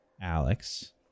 Alex